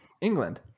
England